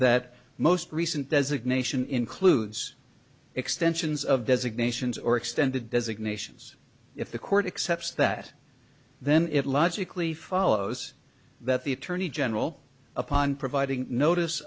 that most recent designation includes extensions of designations or extended designations if the court accepts that then it logically follows that the attorney general upon providing notice